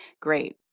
Great